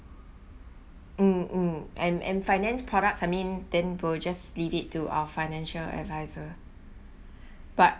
mm mm and and finance products I mean then will just leave it to our financial advisor but